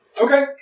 Okay